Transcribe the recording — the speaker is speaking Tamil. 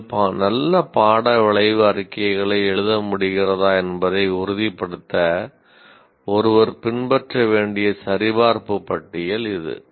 நீங்கள் நல்ல பாட விளைவு அறிக்கைகளை எழுத முடிகிறதா என்பதை உறுதிப்படுத்த ஒருவர் பின்பற்ற வேண்டிய சரிபார்ப்பு பட்டியல் இது